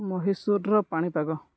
ମହୀଶୂରର ପାଣିପାଗ